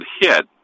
hit